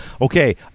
Okay